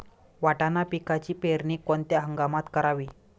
वाटाणा पिकाची पेरणी कोणत्या हंगामात करावी?